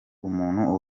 umuntu